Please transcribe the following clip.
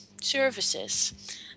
services